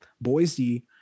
Boise